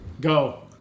Go